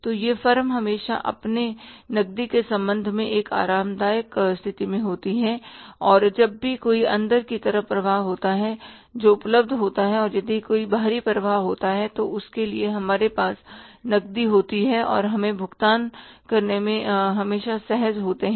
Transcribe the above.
तो यह फर्म हमेशा अपने नकदी के संबंध में एक आरामदायक स्थिति में होती है और जब भी कोई अंदर की तरफ प्रवाह होता है जो उपलब्ध होता है और यदि कोई बाहरी प्रवाह होता है तो उसके लिए हमारे पास नकदी होती है और हम भुगतान करने में हमेशा सहज होते हैं